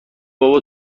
بابا